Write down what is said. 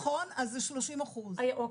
נכון, אז זה 30%. אוקיי.